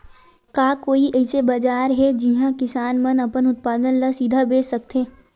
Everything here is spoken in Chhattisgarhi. का कोई अइसे बाजार हे जिहां किसान मन अपन उत्पादन ला सीधा बेच सकथे?